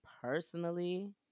personally